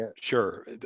Sure